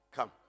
Come